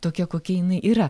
tokia kokia jinai yra